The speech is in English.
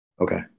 Okay